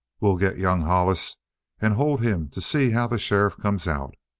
we'll get young hollis and hold him to see how the sheriff comes out.